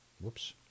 Whoops